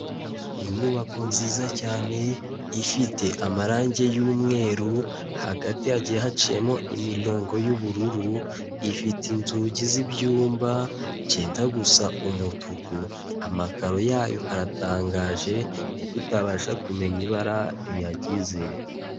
Inyubako nziza cyane ifite amarangi y'umweru, hagati hagiye haciyemo imirongo y'ubururu, ifite inzugi z'ibyumba byenda gusa umutuku. Amakaro yayo aratangaje kuko utabasha kumenya ibara riyagize.